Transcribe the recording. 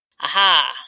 Aha